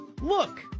look